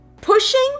pushing